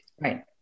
right